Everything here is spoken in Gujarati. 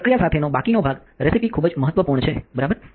પ્રક્રિયા સાથેનો બાકીનો ભાગ રેસીપી ખૂબ જ મહત્વપૂર્ણ છે બરાબર